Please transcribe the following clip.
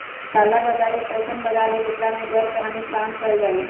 काला बाजार एक ऐसन बाजार हई जेकरा में गैरकानूनी काम कइल जाहई